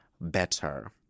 better